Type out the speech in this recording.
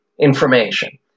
information